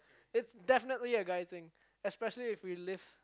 is definitely a guy thing especially if we lift